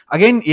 Again